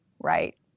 right